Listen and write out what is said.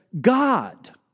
God